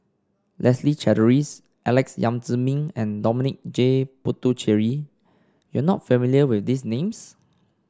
Leslie Charteris Alex Yam Ziming and Dominic J Puthucheary you are not familiar with these names